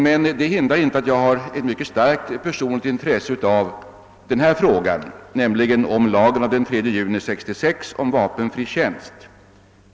Detta hindrar emellertid inte att jag också har ett mycket starkt personligt intresse av denna fråga, som gäller tillämpningen av lagen av den 3 juni 1966 om vapenfri tjänst.